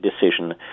decision